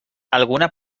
alguna